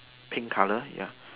pink colour ya